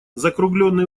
закруглённые